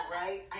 right